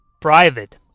private